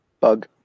Bug